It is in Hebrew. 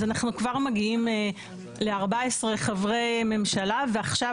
אז אנחנו כבר מגיעים ל-14 חברי ממשלה ועכשיו